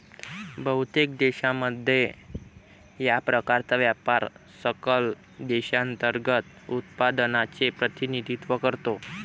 बहुतेक देशांमध्ये, या प्रकारचा व्यापार सकल देशांतर्गत उत्पादनाचे प्रतिनिधित्व करतो